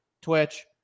twitch